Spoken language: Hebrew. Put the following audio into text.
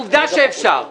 עובדה שאפשר.